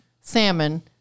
Salmon